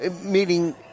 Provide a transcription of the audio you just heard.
meaning